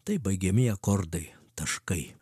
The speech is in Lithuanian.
tai baigiamieji akordai taškai